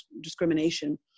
discrimination